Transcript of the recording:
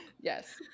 yes